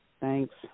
Thanks